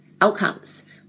outcomes